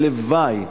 הלוואי,